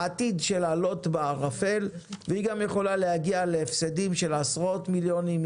העתיד שלה לוט בערפל והיא גם יכולה להגיע להפסדים של עשרות מיליונים,